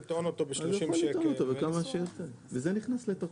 אז הוא יכול לטעון את זה בכמה שהוא רוצה וזה נכנס לתוכו,